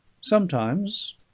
Sometimes